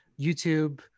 YouTube